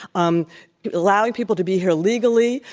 um allowing people to be here legally,